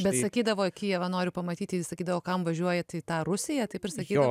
bet sakydavo į kijevą noriu pamatyti jis sakydavo kam važiuojat į tą rusiją taip ir sakydavo